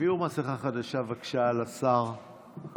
תביאו מסכה חדשה לשר, בבקשה.